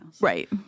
Right